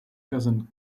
cousin